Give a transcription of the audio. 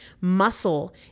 Muscle